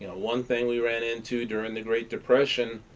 ah one thing we ran into during the great depression,